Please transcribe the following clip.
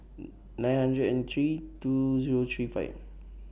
nine hundred and three two Zero three five